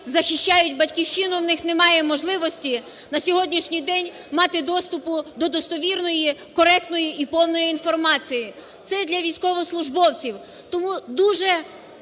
захищають Батьківщину і в них немає можливості на сьогоднішній день мати доступу до достовірної, коректної і повної інформації. Це для військовослужбовців. Тому дуже